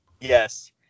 Yes